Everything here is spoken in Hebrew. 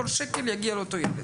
כל שקל יגיע לאותו ילד.